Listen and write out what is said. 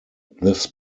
this